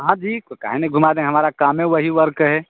हाँ जी तो काहे नहीं घूमा देंगे हमारा काम है वही वर्क है